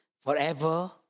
forever